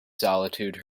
solitude